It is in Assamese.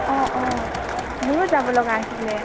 অ অ মোৰো যাব লগা আছিলে